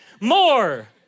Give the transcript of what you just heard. More